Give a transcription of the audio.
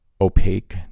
opaque